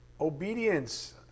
Obedience